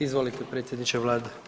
Izvolite predsjedniče Vlade.